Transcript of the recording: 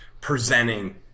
presenting